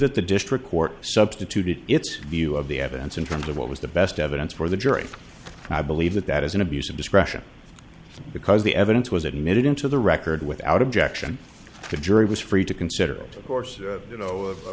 that the district court substituted its view of the evidence in terms of what was the best evidence for the jury i believe that that is an abuse of discretion because the evidence was admitted into the record without objection the jury was free to consider the course you know